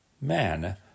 Man